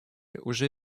уже